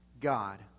God